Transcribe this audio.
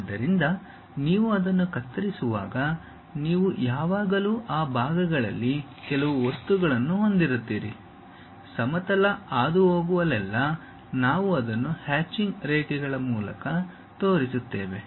ಆದ್ದರಿಂದ ನೀವು ಅದನ್ನು ಕತ್ತರಿಸುವಾಗ ನೀವು ಯಾವಾಗಲೂ ಆ ಭಾಗಗಳಲ್ಲಿ ಕೆಲವು ವಸ್ತುಗಳನ್ನು ಹೊಂದಿರುತ್ತೀರಿ ಸಮತಲ ಹಾದುಹೋಗುವಲ್ಲೆಲ್ಲಾ ನಾವು ಅದನ್ನು ಹ್ಯಾಚಿಂಗ್ ರೇಖೆಗಳ ಮೂಲಕ ತೋರಿಸುತ್ತೇವೆ